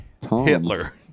Hitler